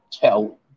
tell